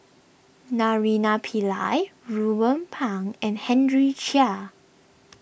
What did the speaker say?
Naraina Pillai Ruben Pang and Henry Chia